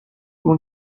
اون